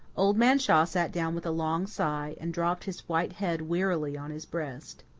old man shaw sat down with a long sigh, and dropped his white head wearily on his breast.